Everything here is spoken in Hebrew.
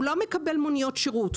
הוא לא מקבל מוניות שירות,